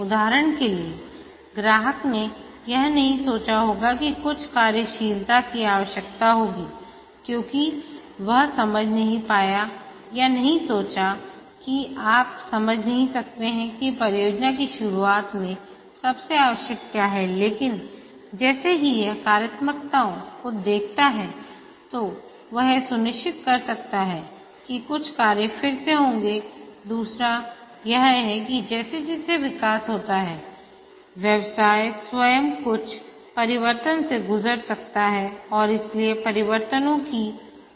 उदाहरण के लिए ग्राहक ने यह नहीं सोचा होगा कि कुछ कार्यशीलता की आवश्यकता होगी क्योंकि वह समझ नहीं पाया या नहीं सोचा कि आप समझ नहीं सकते हैं कि परियोजना की शुरुआत में सबसे आवश्यक क्या हैं लेकिन जैसा कि वह कार्यात्मकताओं को देखता है तो वह यह सुनिश्चित कर सकता है कि कुछ कार्य फिर से होंगे दूसरा यह है कि जैसे जैसे विकास होता है व्यवसाय स्वयं कुछ परिवर्तन से गुजर सकता है और इसलिए परिवर्तनों की आवश्यकता होगी